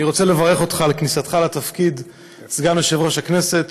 אני רוצה לברך אותך על כניסתך לתפקיד סגן יושב-ראש הכנסת.